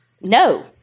No